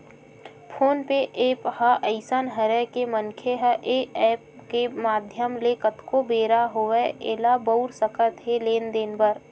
phone पे app ह अइसन हरय के मनखे ह ऐ ऐप के माधियम ले कतको बेरा होवय ऐला बउर सकत हे लेन देन बर